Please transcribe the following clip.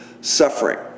Suffering